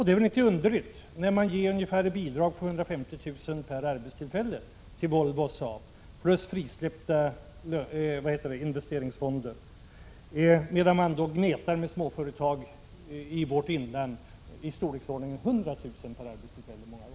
Det är inte underligt, när man ger bidrag på ungefär 150 000 per arbetstillfälle till Volvo och Saab plus frisläppta investeringsfonder, medan man gnetar med små företag i Västerbottens inland, fastän det där bara rör sig om 100 000 kr. per arbetstillfälle.